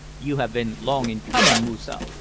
you have been long in coming, moosa,